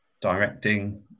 directing